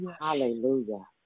Hallelujah